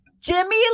jimmy